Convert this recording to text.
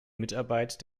mitarbeit